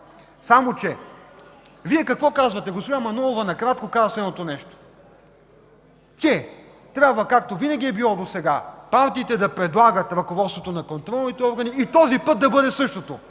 Само че Вие какво казвате? Госпожа Манолова накратко каза следното нещо: трябва, както винаги е било досега, партиите да предлагат ръководството на контролните органи и този път да бъде същото.